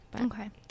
Okay